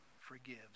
forgives